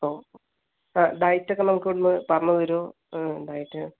ഇപ്പോൾ ആ ഡയറ്റ് ഒക്കെ നമുക്കിവിടുന്ന് പറഞ്ഞു തരുമോ ഡയറ്റ്